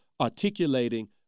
articulating